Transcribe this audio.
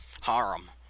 harem